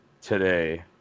today